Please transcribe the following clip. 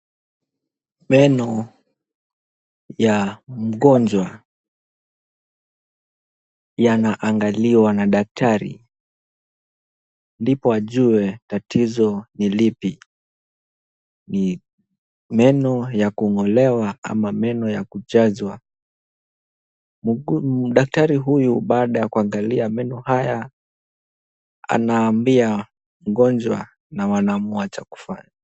Meno ya mgonjwa, yana angaliwa na daktari. Ndipo ajue tatizo ni lipi. Ni meno ya kung'olewa ama meno ya kujazwa. Daktari huyu baada ya kuangalia meno haya, anaambia mgonjwa na wanaamua cha kufanya.